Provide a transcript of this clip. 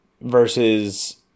versus